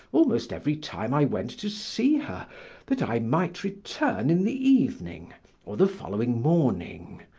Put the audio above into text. almost every time i went to see her that i might return in the evening or the following morning.